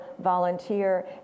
volunteer